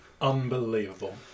unbelievable